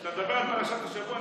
כשאתה מדבר על פרשת השבוע,